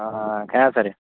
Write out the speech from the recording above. खंय आसा रे